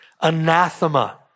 anathema